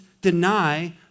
deny